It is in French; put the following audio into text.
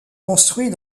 construit